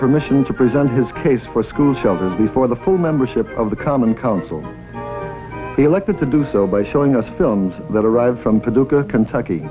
permission to present his case for a school shelter before the full membership of the common council elected to do so by showing us films that arrived from